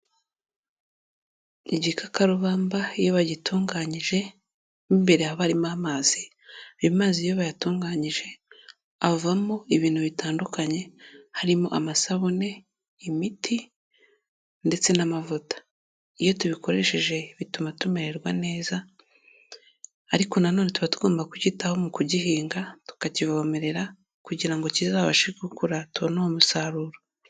Igikakarubamba iyo bagitunganyije mo imbere haba harimo amazi, ayo mazi iyo bayatunganyije avamo ibintu bitandukanye harimo amasabune, imiti ndetse n'amavuta. Iyo tubikoresheje bituma tumererwa neza, ariko na none tuba tugomba kucyitaho mu kugihinga tukakivomerera kugira ngo kizabashe gukura tubone uwo musaruro.